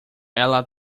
ela